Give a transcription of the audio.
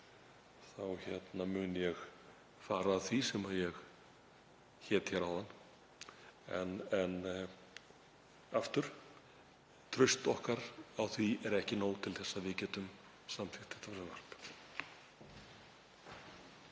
þá mun ég fara að því sem ég hét hér áðan, en aftur, traust okkar á því er ekki nóg til þess að við getum samþykkt þetta frumvarp.